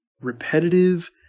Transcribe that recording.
repetitive